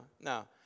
no